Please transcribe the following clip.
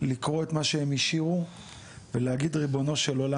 לקרוא את מה שהם השאירו ולהגיד: ריבונו של עולם,